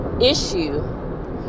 issue